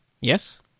Yes